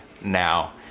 now